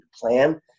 plan